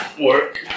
work